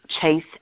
chase